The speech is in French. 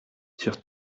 sur